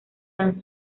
han